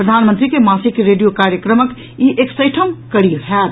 प्रधानमंत्री के मासिक रेडियो कार्यक्रमक ई एकसठिम कड़ी होयत